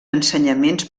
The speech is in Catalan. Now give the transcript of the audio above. ensenyaments